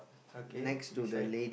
okay beside